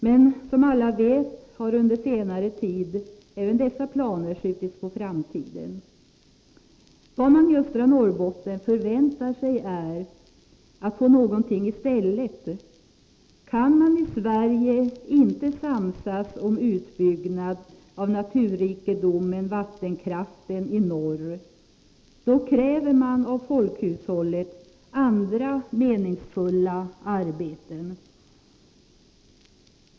Men som alla vet har under senare tid även dessa planer skjutits på framtiden. Vad man i östra Norrbotten väntar sig är att få någonting i stället. Kan man i Sverige inte samsas om utbyggnad av naturrikedomen vattenkraften i norr, krävs av folkhushållet andra meningsfulla arbeten.